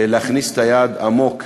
להכניס את היד עמוק,